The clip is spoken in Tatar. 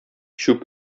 чүп